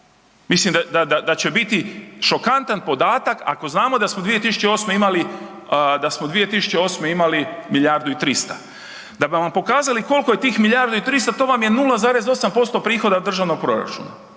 mislim da, da će biti šokantan podatak ako znamo da smo 2008. imali, da smo 2008. imali milijardu i 300. Da bi vam pokazali koliko je tih milijardu i 300 to vam je 0,8% prihoda od državnog proračuna.